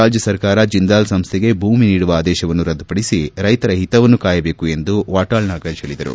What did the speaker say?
ರಾಜ್ಣ ಸರ್ಕಾರ ಜಿಂದಾಲ್ ಸಂಸ್ಥೆಗೆ ಭೂಮಿ ನೀಡುವ ಆದೇಶವನ್ನು ರದ್ದುಪಡಿಸಿ ರೈತರ ಹಿತವನ್ನು ಕಾಯದೇಕು ಎಂದು ವಾಟಾಳ್ ನಾಗರಾಜ್ ಹೇಳಿದರು